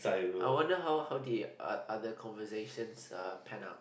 I wonder how how did other conversations uh pan out